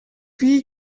wie